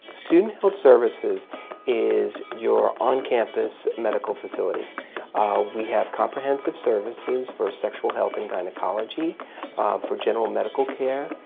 student health services is your on-campus medical facility. ah we have comprehensive services for sexual health and gynecology, ah for general medical care.